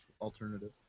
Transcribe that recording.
alternative